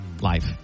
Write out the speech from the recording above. life